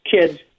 kids